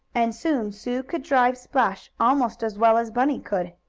and soon sue could drive splash almost as well as bunny could.